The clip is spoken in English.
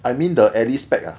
I mean the alice pack ah